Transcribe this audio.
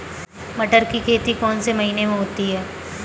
मटर की खेती कौन से महीने में होती है?